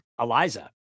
Eliza